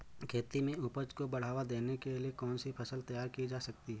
खेती में उपज को बढ़ावा देने के लिए कौन सी फसल तैयार की जा सकती है?